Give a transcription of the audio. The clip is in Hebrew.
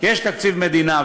יש תקציב מדינה.